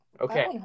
Okay